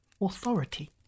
authority